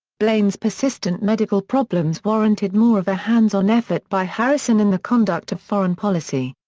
blaine's persistent medical problems warranted more of a hands-on effort by harrison in the conduct of foreign policy.